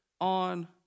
on